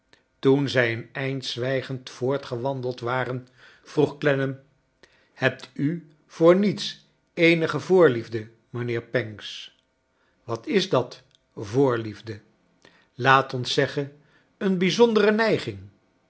toen zij een eind zwijgend voortgewandeld waren vroeg clennam hebt u voor niets eenige voorliefde mijnheer pancks wat is dat voorlief de laat ons zeggen een bijzondere neiging